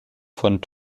von